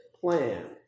plan